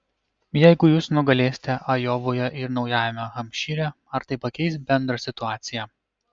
jeigu jūs nugalėsite ajovoje ir naujame hampšyre ar tai pakeis bendrą situaciją